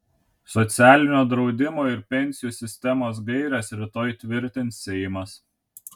socialinio draudimo ir pensijų sistemos gaires rytoj tvirtins seimas